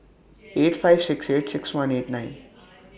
eight five six eight six one eight nine